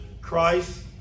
Christ